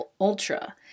Ultra